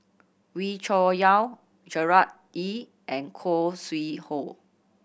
Wee Cho Yaw Gerard Ee and Khoo Sui Hoe